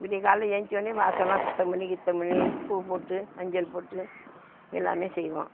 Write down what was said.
விடியக்காலைல ஏந்துச்சோட்னே வாசலெல்லாம் சுத்தம் பண்ணி கித்தம் பண்ணி பூ போட்டு மஞ்சள் போட்டு எல்லாம் செய்வோம்